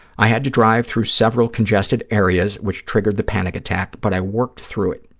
i had to drive through several congested areas, which triggered the panic attack, but i worked through it,